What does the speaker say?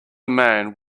man